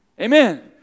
Amen